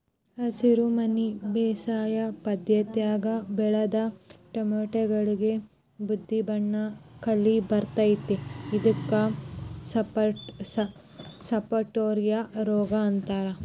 ಹಸಿರುಮನಿ ಬೇಸಾಯ ಪದ್ಧತ್ಯಾಗ ಬೆಳದ ಟೊಮ್ಯಾಟಿಗಳಿಗೆ ಬೂದಿಬಣ್ಣದ ಕಲಿ ಬರ್ತೇತಿ ಇದಕ್ಕ ಸಪಟೋರಿಯಾ ರೋಗ ಅಂತಾರ